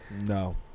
No